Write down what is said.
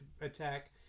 attack